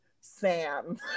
Sam